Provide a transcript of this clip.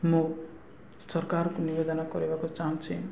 ମୁଁ ସରକାରଙ୍କୁ ନିବେଦନ କରିବାକୁ ଚାହୁଁଛିି